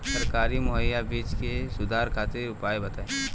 सरकारी मुहैया बीज में सुधार खातिर उपाय बताई?